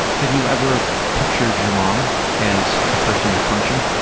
have you ever pictured your mom as the person you're punching?